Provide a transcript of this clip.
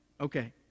Okay